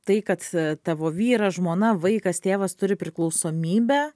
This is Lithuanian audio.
tai kad tavo vyras žmona vaikas tėvas turi priklausomybę